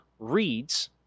reads